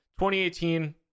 2018